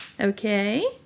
Okay